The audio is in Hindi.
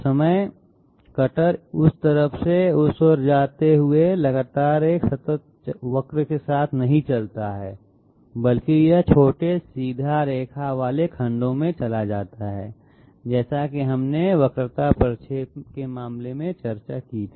समय कटर इस तरफ से उस ओर जाते लगातार एक सतत वक्र के साथ नहीं चलता है बल्कि यह छोटे सीधी रेखा वाले खंडों में चला जाता है जैसा कि हमने वक्रता प्रक्षेप के मामले में चर्चा की थी